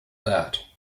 that